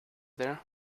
there